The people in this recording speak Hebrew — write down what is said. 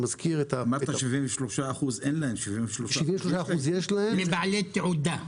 זה 73% מבעלי תעודת זהות.